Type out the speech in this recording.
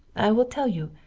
i will tell you,